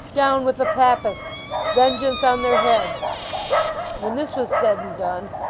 down with the papists vengeance on their heads when this was said and done,